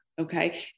okay